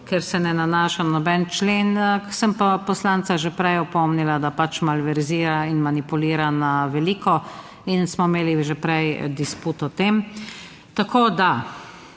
ker se ne nanaša na noben člen. Sem pa poslanca že prej opomnila, da pač malverzira in manipulira na veliko in smo imeli že prej disput o tem. Tako da